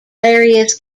various